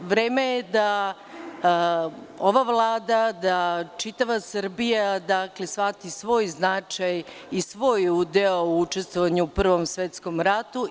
Vreme je da ova Vlada, da čitava Srbija shvati svoj značaj i svoj udeo u učestvovanju u Prvom svetskom ratu.